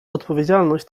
odpowiedzialność